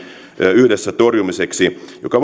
yhdessä torjumiseksi josta